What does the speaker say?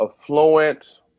affluent